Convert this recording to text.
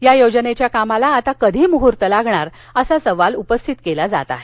या योजनेच्या कामाला आता कधी मुहूर्त लागणार असा सवाल उपस्थित केला जात आहे